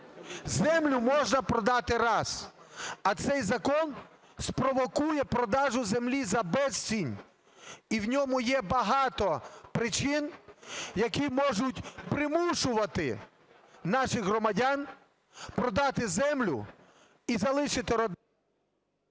Землю можна продати раз. А цей закон спровокує продаж землі за безцінь. І в ньому є багато причин, які можуть примушувати наших громадян продати землю і залишити…